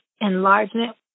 enlargement